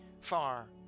Far